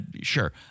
sure